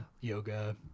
yoga